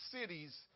cities